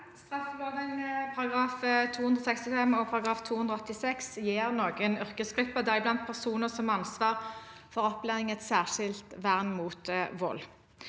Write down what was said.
Straffelo- ven §§ 265 og 286 gir noen yrkesgrupper, deriblant personer som har ansvar for opplæring, et særskilt vern mot vold.